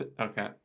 Okay